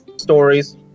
Stories